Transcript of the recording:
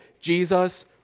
Jesus